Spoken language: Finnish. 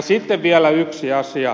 sitten vielä yksi asia